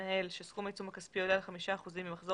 המנהל שסכום העיצום הכספי עולה על 5 אחוזים ממחזור